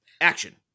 action